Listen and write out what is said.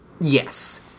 Yes